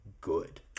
good